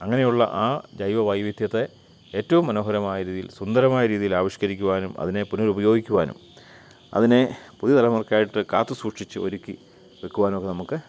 അങ്ങനെയുള്ള ആ ജൈവവൈവിധ്യത്തെ ഏറ്റവും മനോഹരമായ രീതിയിൽ സുന്ദരമായ രീതിയിൽ ആവിഷ്ക്കരിക്കുവാനും അതിനെ പുനരുപയോഗിക്കുവാനും അതിനെ പുതിയ തലമുറയ്ക്കായിട്ട് കാത്തുസൂക്ഷിച്ചു ഒരുക്കി വെക്കുവാനുവൊക്കെ നമുക്ക്